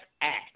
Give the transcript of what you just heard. act